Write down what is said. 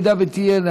אם תהיה,